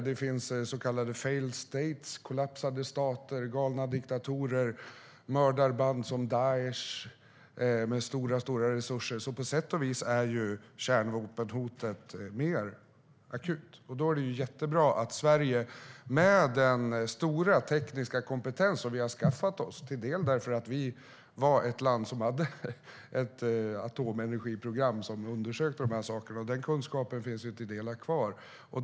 Det finns så kallade failed states, kollapsade stater, galna diktatorer, mördarband som Daish med stora resurser. På sätt och vis är kärnvapenhotet mer akut nu. Det är jättebra att Sverige har den stora tekniska kompetens som vi har skaffat oss. Vi hade ett atomenergiprogram där dessa saker undersöktes, och den kunskapen finns ju till delar kvar.